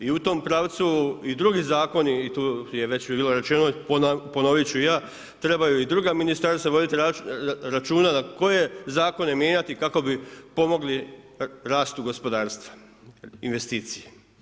I u tom pravcu i drugi zakoni i tu je već bilo rečeno ponovit ću i ja trebaju i druga ministarstva voditi računa koje zakone mijenjati kako bi pomogli rastu gospodarstva, investicije.